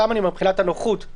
מבחינת הנוחות.